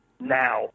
now